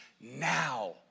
now